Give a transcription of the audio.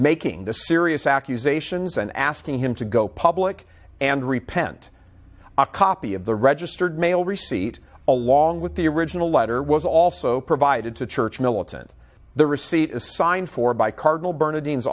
making the serious accusations and asking him to go public and repent a copy of the registered mail receipt along with the original letter was also provided to church militant the receipt is signed for by car